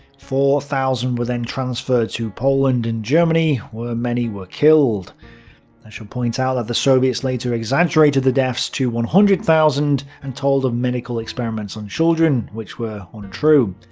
four thousand were then transferred to poland and germany where many were killed. i should point out that the soviets later exaggerated the deaths to one hundred thousand and told of medical experiments on children, which were untrue,